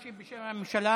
ישיב בשם הממשלה